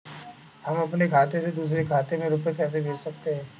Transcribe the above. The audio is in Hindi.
हम अपने खाते से दूसरे के खाते में रुपये कैसे भेज सकते हैं?